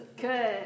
Good